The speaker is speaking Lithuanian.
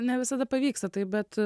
ne visada pavyksta tai bet